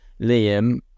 Liam